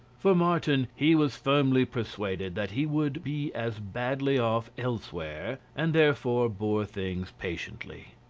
for martin, he was firmly persuaded that he would be as badly off elsewhere, and therefore bore things patiently.